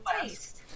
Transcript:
taste